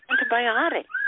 antibiotics